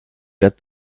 that